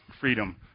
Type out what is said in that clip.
freedom